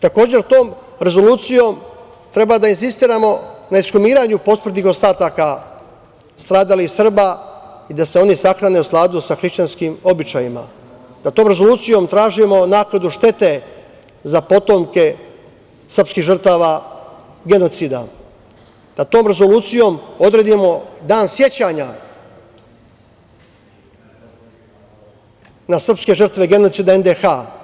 Takođe, tom rezolucijom treba da insistiramo na ekshumiranju posmrtnih ostataka stradalih Srba i da se oni sahrane u skladu sa hrišćanskim običajima, da tom rezolucijom tražimo naknadu štete za potomke srpskih žrtava genocida, da tom rezolucijom odredimo dan sećanja na srpske žrtve genocida NDH.